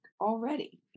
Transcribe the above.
already